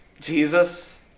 Jesus